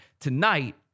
tonight